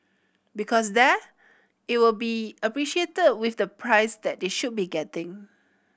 because there it will be appreciated with the price that they should be getting